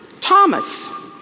Thomas